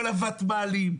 כל הוותמ"לים,